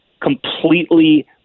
completely